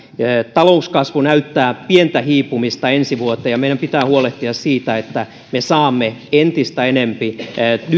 talouskasvu näyttää pientä hiipumista ensi vuoteen ja meidän pitää huolehtia siitä että me saamme entistä enempi nyt